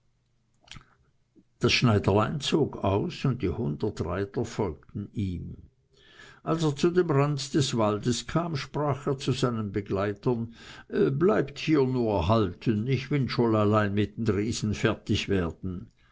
das schneiderlein zog aus und die hundert reiter folgten ihm als er zu dem rand des waldes kam sprach er zu seinen begleitern bleibt hier nur halten ich will schon allein mit den riesen fertig werden